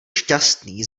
šťastný